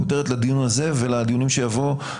הכותרת לדיון הזה ולדיונים שיבואו,